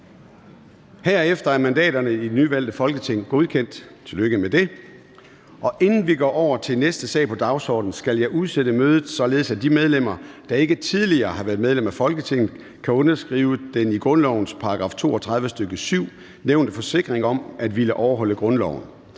Herefter er mandaterne i det nyvalgte Folketing godkendt. Tillykke med det. Inden vi går over til den næste sag på dagsordenen, skal jeg udsætte mødet, således at de medlemmer, der ikke tidligere har været medlem af Folketinget, kan underskrive den i grundlovens § 32, stk. 7, nævnte forsikring om at ville overholde grundloven.